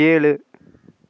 ஏழு